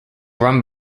run